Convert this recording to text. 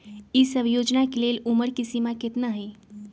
ई सब योजना के लेल उमर के सीमा केतना हई?